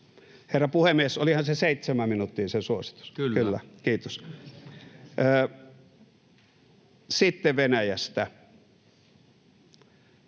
Herra puhemies, olihan se suositus seitsemän minuuttia? [Puhemies: Kyllä!] — Kiitos. Sitten Venäjästä.